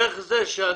איך זה שאני,